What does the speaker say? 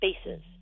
spaces